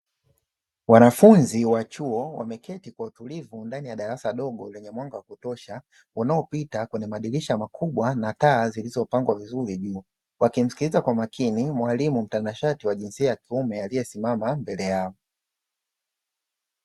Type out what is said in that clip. Wanafunzi wa chuo wameketi kwa utulivu ndani ya darasa dogo lenye mwanga wa kutosha unaopita kwenye madirisha makubwa na taa zilizopangwa vizuri, wakimsikiliza kwa umakini mwalimu mtanashati wa jinsia ya kiume aliyesimama mbele yao.